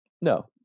No